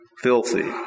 filthy